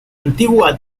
antigua